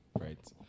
right